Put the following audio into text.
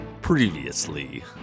Previously